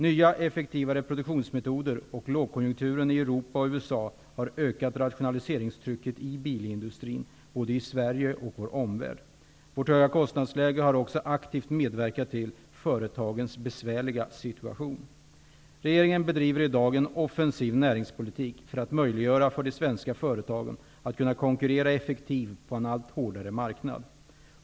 Nya effektivare produktionsmetoder och lågkonjunkturen i Europa och USA har ökat rationaliseringstrycket i bilindustrin i både Sverige och vår omvärld. Vårt höga kostnadsläge har också aktivt medverkat till företagens besvärliga situation. Regeringen bedriver i dag en offensiv näringspolitik för att möjliggöra för de svenska företagen att konkurrera effektivt på en allt hårdare marknad.